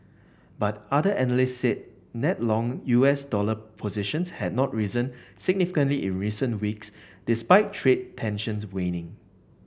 but other analysts said net long U S dollar positions had not risen significantly in recent weeks despite trade tensions waning